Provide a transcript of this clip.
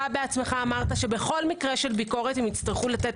אתה בעצמך אמרת שבכל מקרה של ביקורת הם יצטרכו לתת